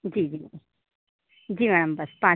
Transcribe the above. जी जी जी मैम बस पाँच